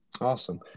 Awesome